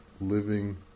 living